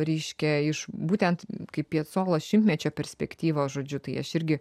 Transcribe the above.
reiškia iš būtent kaip piecola šimtmečio perspektyvos žodžiu tai aš irgi